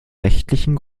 rechtlichen